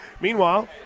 Meanwhile